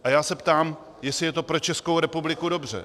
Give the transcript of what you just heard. A já se ptám, jestli je to pro Českou republiku dobře.